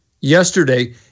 yesterday